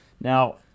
Now